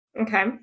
Okay